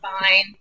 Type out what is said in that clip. fine